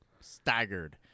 staggered